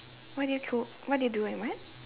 what do you cook what do you do and what